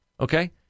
Okay